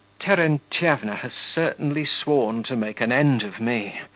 terentyevna has certainly sworn to make an end of me.